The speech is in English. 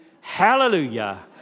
hallelujah